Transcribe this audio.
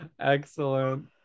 Excellent